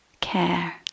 care